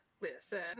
Listen